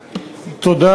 תודה.